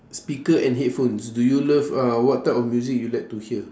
speaker and headphones do you love uh what type of music you like to hear